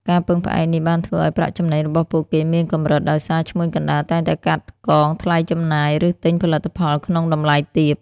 ការពឹងផ្អែកនេះបានធ្វើឲ្យ ប្រាក់ចំណេញរបស់ពួកគេមានកម្រិត ដោយសារឈ្មួញកណ្ដាលតែងតែកាត់កងថ្លៃចំណាយ ឬទិញផលិតផលក្នុងតម្លៃទាប។